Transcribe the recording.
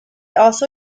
also